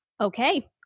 Okay